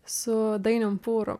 su dainiumi pūru